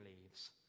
leaves